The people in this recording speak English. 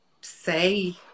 say